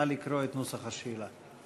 נא לקרוא את נוסח השאלה.